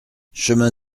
chemin